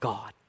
God